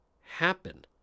happen